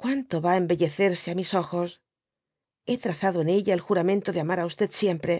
cuanto va á embellecerse á mis ojos hé trazado en ella el juramento de amar á siempre